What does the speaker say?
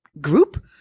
group